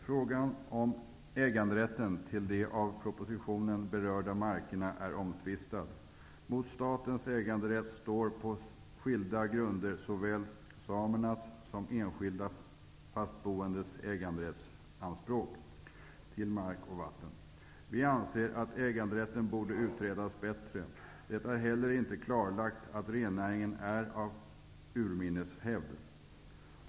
Frågan om äganderätten till de av propositionen berörda markerna är omtvistad. Mot statens äganderätt står på skilda grunder såväl samernas som enskilda bofastas anspråk på äganderätt till mark och vatten. Vi anser att äganderätten borde utredas vidare. Det är inte heller klarlagt att rennäringen är av urminnes hävd.